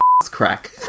crack